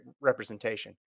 representation